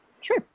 Sure